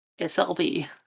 SLB